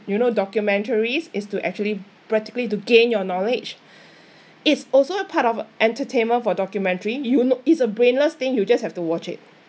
you know documentaries is to actually practically to gain your knowledge it's also a part of entertainment for documentary you know it's a brainless thing you just have to watch it